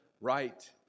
right